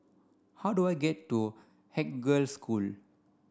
how do I get to Haig Girls' School